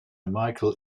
michael